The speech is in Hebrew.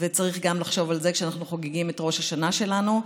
וצריך גם לחשוב על זה כשאנחנו חוגגים את ראש השנה שלנו.